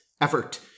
effort